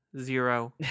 Zero